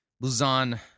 Luzon